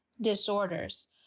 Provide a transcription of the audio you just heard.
disorders